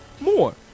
more